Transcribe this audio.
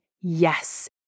yes